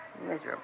Miserable